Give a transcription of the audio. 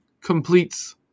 completes